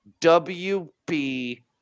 WB